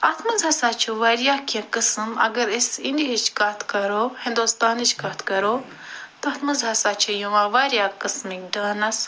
اَتھ منٛز ہسا چھِ واریاہ کیٚنٛہہ قٕسم اگر أسۍ اِنڈیا ہٕچۍ کتھ کرو ہندوستانٕچۍ کتھ کرو تتھ منٛز ہسا چھِ یِوان واریاہ قسمٕکۍ ڈانَس